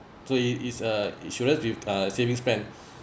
so is is a insurance with uh savings plan